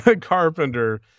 Carpenter